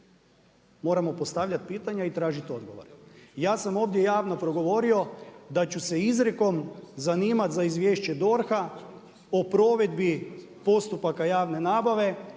moramo postavljati pitanja i tražiti odgovore. Ja sam ovdje javno progovorio da ću se izrekom zanimati za izvješće DORH-a o provedbi postupaka javne nabave